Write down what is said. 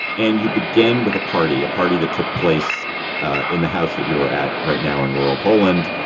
and you begin with a party, a party that took place in the house that you are at right now in rural poland.